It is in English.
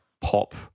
pop